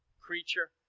creature